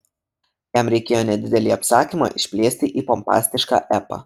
jam reikėjo nedidelį apsakymą išplėsti į pompastišką epą